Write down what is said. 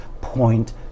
point